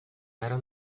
era